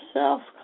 self